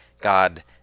God